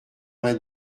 vingt